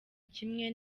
kimwe